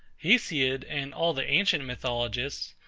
hesiod, and all the ancient mythologists,